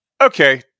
okay